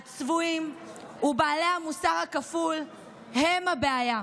הצבועים ובעלי המוסר הכפול הם הבעיה.